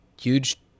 huge